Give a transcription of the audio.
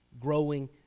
growing